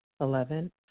Eleven